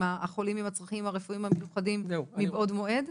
החולים עם הצרכים הרפואיים המיוחדים מבעוד מועד?